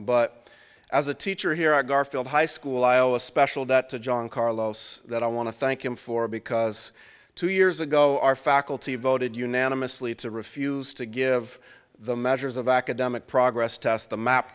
but as a teacher here at garfield high school i owe a special that to john carlos that i want to thank him for because two years ago our faculty voted unanimously to refuse to give the measures of academic progress test the map